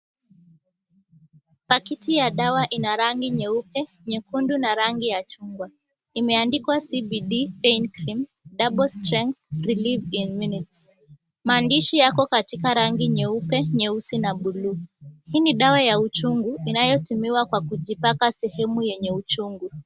Pakiti ya dawa ina rangi nyeupe, nyekundu na rangi ya chungwa. Imeandikwa, CBD Pain Cream, Double Strength, Relief in Minutes. Maandishi yako katika rangi nyeupe, nyeusi na buluu. Hii ni dawa ya uchungu inayotumiwa kwa kujipaka sehemu yenye uchungu.